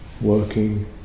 working